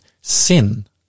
sin